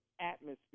atmosphere